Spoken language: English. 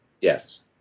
yes